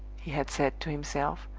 he had said to himself,